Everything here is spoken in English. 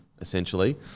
essentially